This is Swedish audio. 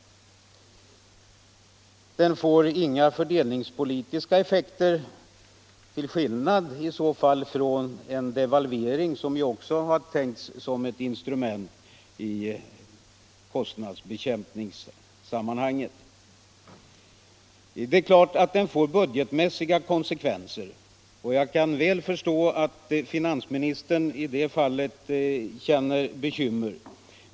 Den får inga fördelningspolitiska effekter, till skillnad från en devalvering som ju också har tänkts som ett instrument i kostnadsbekämpningssammanhangen. Det är klart att åtgärden får budgetmässiga konsekvenser, och jag kan väl förstå att finansministern i det fallet känner bekymmer.